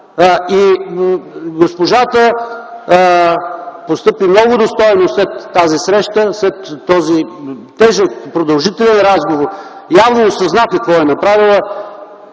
Госпожата постъпи много достойно след тази среща, след този тежък, продължителен разговор. Явно осъзна какво е направила,